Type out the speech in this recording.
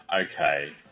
Okay